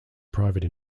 private